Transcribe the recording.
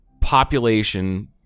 population